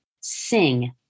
sing